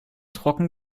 trocken